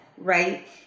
right